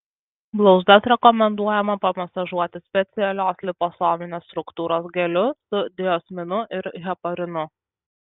blauzdas rekomenduojama pamasažuoti specialios liposominės struktūros geliu su diosminu ir heparinu